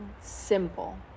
Simple